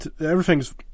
everything's